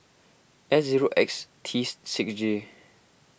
S zero X tees six J